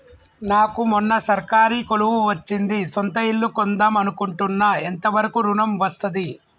నాకు మొన్న సర్కారీ కొలువు వచ్చింది సొంత ఇల్లు కొన్దాం అనుకుంటున్నా ఎంత వరకు ఋణం వస్తది?